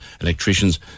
electricians